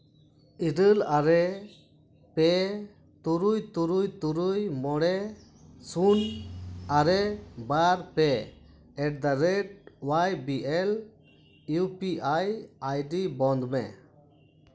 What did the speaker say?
ᱤᱨᱟᱹᱞ ᱟᱨᱮ ᱯᱮ ᱛᱩᱨᱩᱭ ᱛᱩᱨᱩᱭ ᱛᱩᱨᱩᱭ ᱢᱚᱬᱮ ᱥᱩᱱ ᱟᱨᱮ ᱵᱟᱨ ᱯᱮ ᱮᱴᱫᱟᱼᱨᱮᱹᱴ ᱳᱣᱟᱭ ᱵᱤ ᱮᱞ ᱤᱭᱩ ᱯᱤ ᱟᱭ ᱟᱭᱰᱤ ᱵᱚᱱᱫ ᱢᱮ